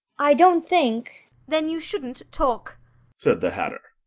i don't think then you shouldn't talk said the hatter.